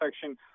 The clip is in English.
section